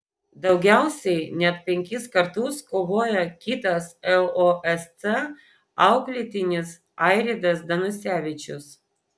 daugiausiai net penkis kartus kovojo kitas losc auklėtinis airidas danusevičius